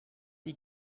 die